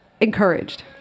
encouraged